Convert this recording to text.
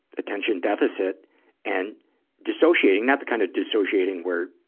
attention deficit and dissociating. not the kind of dissociating where,